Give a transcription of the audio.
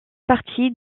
partie